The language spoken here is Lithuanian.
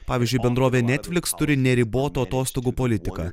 pavyzdžiui bendrovė netflix turi neribotų atostogų politiką